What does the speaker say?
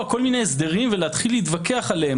כל מיני הסדרים ולהתחיל להתווכח עליהם,